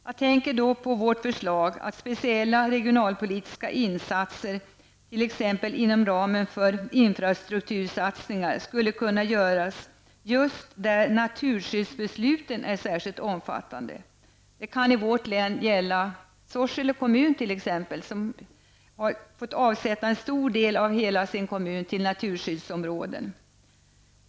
Jag tänker då på vårt förslag att speciella regionalpolitiska insatser, t.ex. inom ramen för infrastruktursatsningarna, skulle kunna göras just där naturskyddsbesluten är särskilt omfattande. Det kan i vårt län gälla t.ex. Sorsele kommun, som har fått avsätta en stor del av sin kommun till naturskyddsområde.